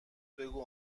بگو